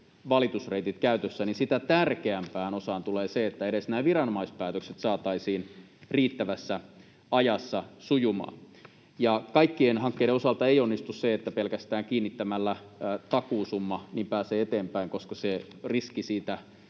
valitusreitit käytössä, niin sitä tärkeämpään osaan tulee se, että edes nämä viranomaispäätökset saataisiin riittävässä ajassa sujumaan. Kaikkien hankkeiden osalta ei onnistu se, että pelkästään kiinnittämällä takuusumman pääsee eteenpäin, koska se riski